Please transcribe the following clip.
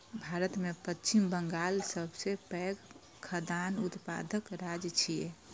भारत मे पश्चिम बंगाल सबसं पैघ खाद्यान्न उत्पादक राज्य छियै